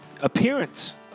appearance